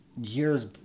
years